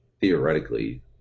theoretically